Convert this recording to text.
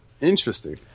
Interesting